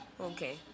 okay